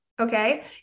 Okay